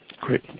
Great